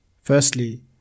Firstly